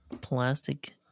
plastic